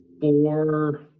four